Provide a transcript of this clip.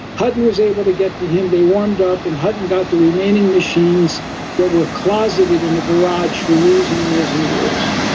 hutton was able to get to him, they warmed up, and hutton got the remaining machines that were closeted in a garage for years and years and years.